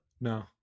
no